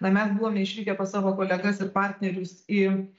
na mes buvome išvykę pas savo kolegas ir partnerius į